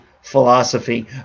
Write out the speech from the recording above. philosophy